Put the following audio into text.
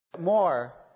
More